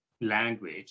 language